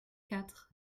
quatre